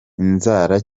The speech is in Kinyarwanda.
inzara